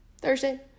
Thursday